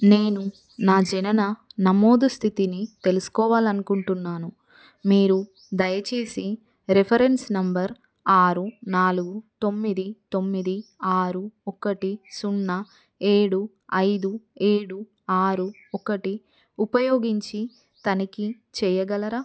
నేను నా జనన నమోదు స్థితిని తెలుసుకోవాలనుకుంటున్నాను మీరు దయచేసి రిఫరెన్స్ నంబర్ ఆరు నాలుగు తొమ్మిది తొమ్మిది ఆరు ఒక్కటి సున్నా ఏడు ఐదు ఏడు ఆరు ఒకటి ఉపయోగించి తనిఖీ చెయ్యగలరా